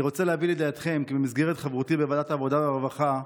אני רוצה להביא לידיעתכם כי במסגרת חברותי בוועדת העבודה והרווחה,